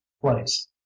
place